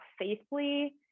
safely